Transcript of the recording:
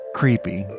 creepy